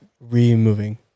Removing